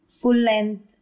full-length